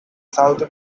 south